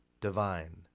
divine